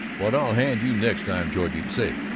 what i'll hand you next time, georgie! say,